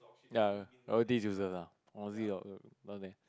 ya all this useless lah honestly no there